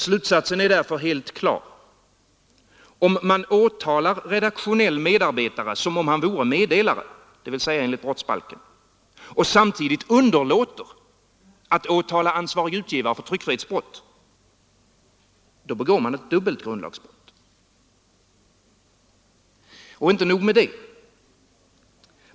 Slutsatsen är därför helt klar: Om man åtalar redaktionell medarbetare som om han vore meddelare, dvs. enligt brottsbalken, och samtidigt underlåter att åtala ansvarig utgivare för tryckfrihetsbrott, då begår man ett dubbelt grundlagsbrott. Inte nog med det.